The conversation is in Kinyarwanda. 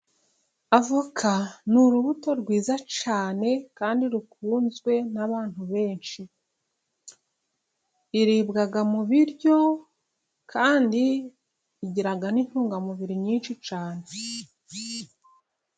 Avoka ni urubuto rwiza cyane kandi rukunzwe n'abantu benshi, iribwa mu biryo kandi igira n'intungamubiri nyinshi cyane.